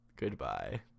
goodbye